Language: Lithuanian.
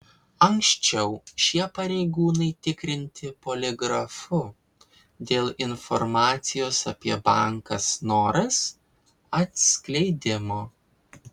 anksčiau šie pareigūnai tikrinti poligrafu dėl informacijos apie banką snoras atskleidimo